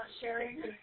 sharing